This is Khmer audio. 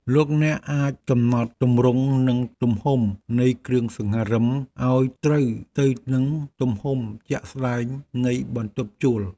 លោកអ្នកអាចកំណត់ទម្រង់និងទំហំនៃគ្រឿងសង្ហារិមឱ្យត្រូវទៅនឹងទំហំជាក់ស្ដែងនៃបន្ទប់ជួល។